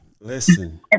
listen